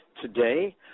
today